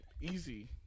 Easy